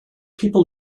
people